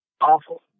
Awful